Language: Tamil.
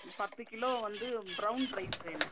பத்து கிலோ வந்து பிரவுன் ரைஸ் வேணும்